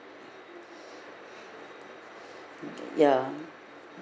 ya